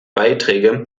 beiträge